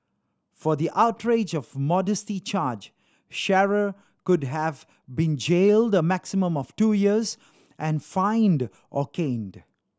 for the outrage of modesty charge Shearer could have been jailed a maximum of two years and fined or caned